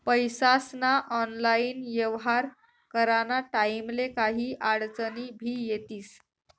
पैसास्ना ऑनलाईन येव्हार कराना टाईमले काही आडचनी भी येतीस